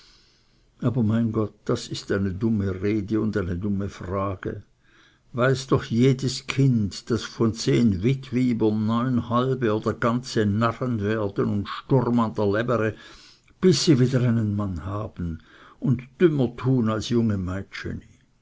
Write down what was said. aber mein gott das ist eine dumme rede und eine dumme frage weiß doch jedes kind daß von zehn witwybern neun halbe oder ganze narren werden und sturm an der lebere bis sie wieder einen mann haben und dümmer tun als junge